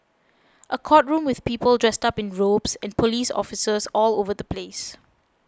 a courtroom with people dressed up in robes and police officers all over the place